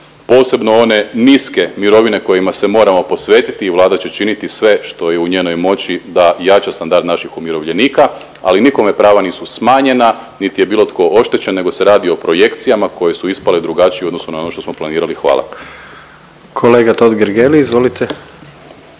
posebno one niske mirovine kojima se moramo posvetiti i Vlada će činiti sve što je u njenoj moći da jača standard naših umirovljenika, ali nikome prava nisu smanjena niti je bilo tko oštećen, nego se radi o projekcijama koje su ispale drugačije u odnosu na ono što smo planirali. Hvala. **Jandroković, Gordan